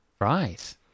Right